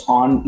on